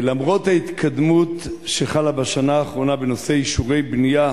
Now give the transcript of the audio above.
למרות ההתקדמות שחלה בשנה האחרונה בנושא אישורי בנייה